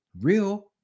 real